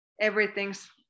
everything's